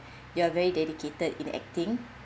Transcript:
you are very dedicated in acting